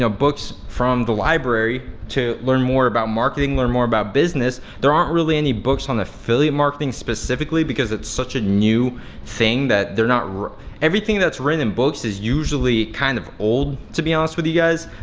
ah books from the library to learn more about marketing, learn more about business. there aren't really any books on affiliate marketing specifically because it's such a new thing, that they're not everything that's read in books is usually kind of old to be honest with you guys,